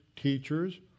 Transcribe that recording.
teachers